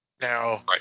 Now